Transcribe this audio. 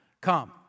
come